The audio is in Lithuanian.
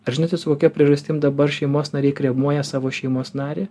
ar žinote su kokia priežastim dabar šeimos nariai kremuoja savo šeimos narį